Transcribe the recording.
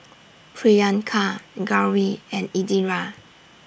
Priyanka Gauri and Indira